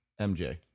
MJ